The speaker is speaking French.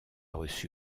reçu